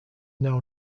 now